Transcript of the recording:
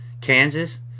Kansas